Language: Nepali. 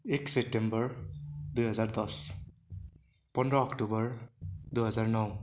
एक सेप्टेम्बर दुई हजार दस पन्ध्र अक्टोबर दुई हजार नौ